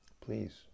Please